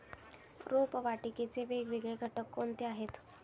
रोपवाटिकेचे वेगवेगळे घटक कोणते आहेत?